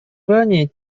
ранее